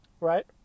right